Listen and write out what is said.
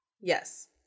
Yes